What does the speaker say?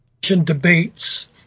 debates